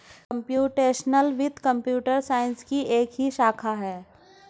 computational वित्त computer science की ही एक शाखा है